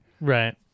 right